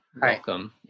Welcome